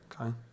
okay